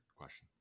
question